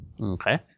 okay